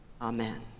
Amen